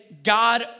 God